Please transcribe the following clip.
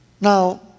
Now